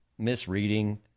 misreading